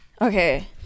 Okay